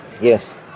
yes